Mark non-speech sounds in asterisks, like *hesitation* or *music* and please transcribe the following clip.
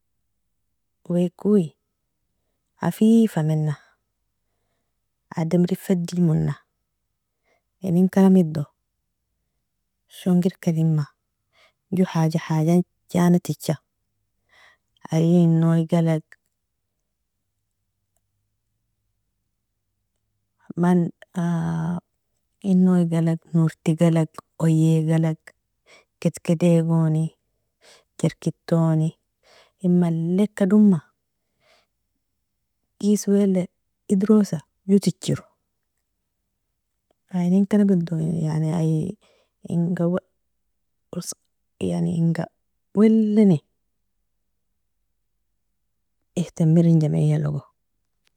Weakoi afifamena, adamri fedijmona, inen karamido shongerka lema jo haja hajan jana ticha, adi in noie galag, man *hesitation* in noie galag, norti galag, oyee galag, kedkedi goni, jerked toni, in malleka doma, kies weala edrosa jo tichiro, ay inen karamido yani ay *hesitation* inga wel yani inga welani ihtamir in jameialogo.